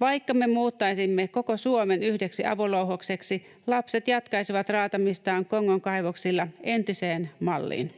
Vaikka me muuttaisimme koko Suomen yhdeksi avolouhokseksi, lapset jatkaisivat raatamistaan Kongon kaivoksilla entiseen malliin.